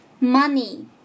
Money